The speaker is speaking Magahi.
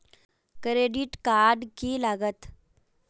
क्रेडिट कार्ड की लागत?